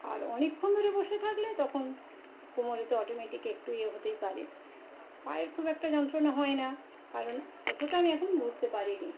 আর অনেকক্ষণ ধরে বসে থাকলে তখন কোমরে তো অটোমেটিক একটু ইয়ে হতেই পারে পায়ের খুব একটা যন্ত্রণা হয় না কারণ অতোটা আমি এখন বুঝতে পারি নি